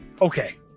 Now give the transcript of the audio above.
Okay